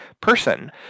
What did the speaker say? person